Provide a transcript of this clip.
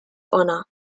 honor